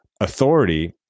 authority